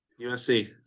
USC